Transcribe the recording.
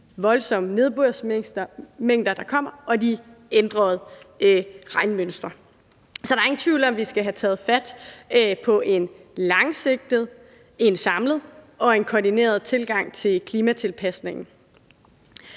voldsomme nedbørsmængder, der kommer, og de ændrede regnmønstre. Så der er ingen tvivl om, at vi skal have taget fat på en langsigtet, en samlet og en koordineret tilgang til klimatilpasningen.